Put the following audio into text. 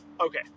okay